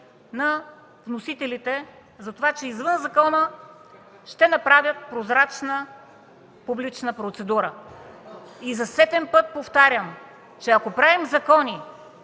на вносителите за това, че извън закона ще направят прозрачна публична процедура. И за сетен път повтарям, че ако приемаме закони